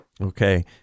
Okay